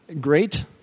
great